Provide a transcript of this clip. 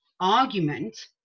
argument